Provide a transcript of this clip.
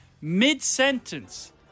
Mid-sentence